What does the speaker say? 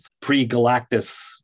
pre-Galactus